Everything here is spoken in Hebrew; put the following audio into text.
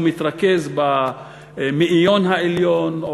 הוא מתרכז במאיון העליון,